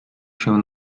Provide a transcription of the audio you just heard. się